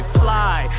fly